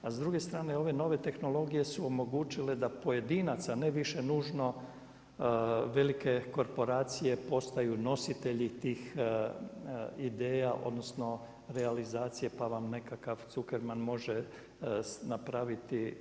A s druge strane ove nove tehnologije su omogućile da pojedinaca ne više nužno velike korporacije postaju nositelji tih ideja odnosno realizacije pa vam nekakav Zuckerman može napraviti.